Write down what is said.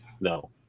No